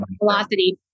velocity